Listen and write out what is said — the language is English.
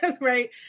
right